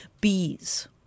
bees